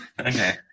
Okay